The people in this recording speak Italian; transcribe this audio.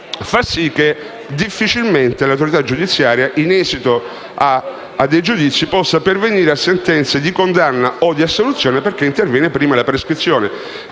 fatti, difficilmente l'autorità giudiziaria, in esito a dei giudizi, può pervenire a sentenze di condanna o assoluzione perché la prescrizione